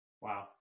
Wow